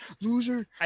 loser